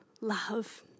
love